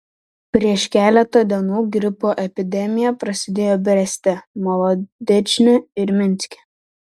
prieš keletą dienų gripo epidemija prasidėjo breste molodečne ir minske